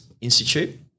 Institute